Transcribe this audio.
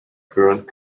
current